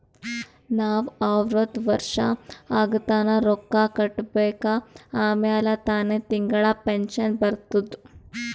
ನಾವ್ ಅರ್ವತ್ ವರ್ಷ ಆಗತನಾ ರೊಕ್ಕಾ ಕಟ್ಬೇಕ ಆಮ್ಯಾಲ ತಾನೆ ತಿಂಗಳಾ ಪೆನ್ಶನ್ ಬರ್ತುದ್